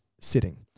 sitting